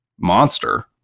monster